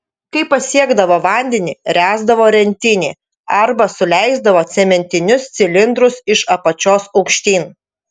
kai pasiekdavo vandenį ręsdavo rentinį arba suleisdavo cementinius cilindrus iš apačios aukštyn